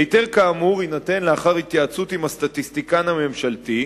היתר כאמור יינתן לאחר התייעצות עם הסטטיסטיקן הממשלתי,